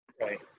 right